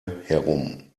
herum